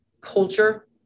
culture